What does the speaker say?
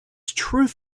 truth